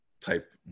type